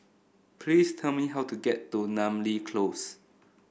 please tell me how to get to Namly Close